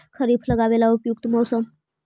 खरिफ लगाबे ला उपयुकत मौसम?